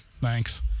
thanks